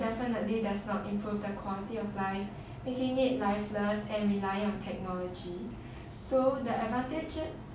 definitely does not improve the quality of life making it lifeless and rely on technology so the advantages